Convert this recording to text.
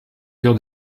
cœur